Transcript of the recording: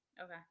okay